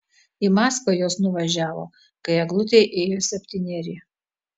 į maskvą jos nuvažiavo kai eglutei ėjo septyneri